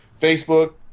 Facebook